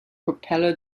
propeller